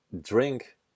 drink